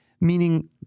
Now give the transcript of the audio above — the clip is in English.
meaning